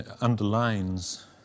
underlines